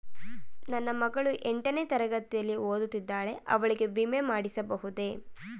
ನನ್ನ ಮಗಳು ಎಂಟನೇ ತರಗತಿಯಲ್ಲಿ ಓದುತ್ತಿದ್ದಾಳೆ ಅವಳಿಗೆ ವಿಮೆ ಮಾಡಿಸಬಹುದೇ?